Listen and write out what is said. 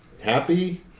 Happy